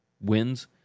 wins